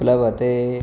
प्लवते